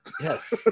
Yes